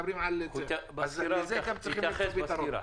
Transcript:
אז גם את זה צריך לבדוק.